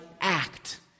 act